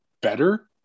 better